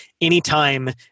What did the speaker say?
anytime